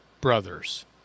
brothers